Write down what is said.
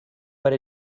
but